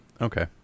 okay